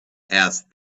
asked